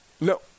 No